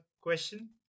question